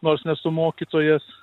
nors nesu mokytojas